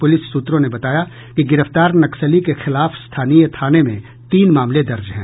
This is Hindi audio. पुलिस सूत्रों ने बताया कि गिरफ्तार नक्सली के खिलाफ स्थानीय थाने में तीन मामले दर्ज है